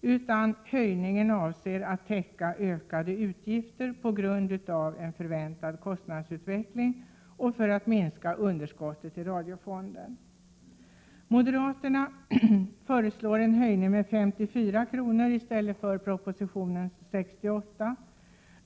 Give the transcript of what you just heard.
utan höjningen avses täcka ökade utgifter på grund av en förväntad kostnadsutveckling samt minska underskottet i radiofonden. Moderaterna föreslår en höjning med 54 kr. i stället för propositionens 68 kr.